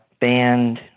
band